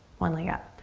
one leg up.